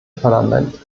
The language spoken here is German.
parlament